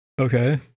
Okay